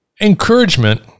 Encouragement